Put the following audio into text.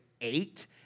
eight